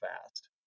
fast